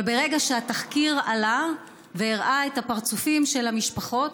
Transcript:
אבל ברגע שהתחקיר עלה והראה את הפרצופים של המשפחות,